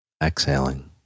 exhaling